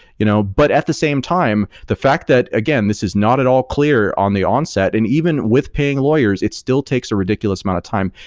you know but at the same time, the fact that, again, this is not at all clear on the onset and even with paying lawyers it still takes a ridiculous amount of time.